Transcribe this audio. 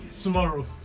Tomorrow